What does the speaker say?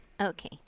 okay